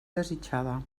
desitjada